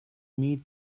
meet